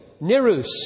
Nerus